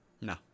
No